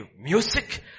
music